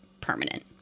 permanent